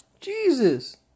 Jesus